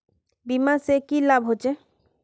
बीमा से की लाभ होचे?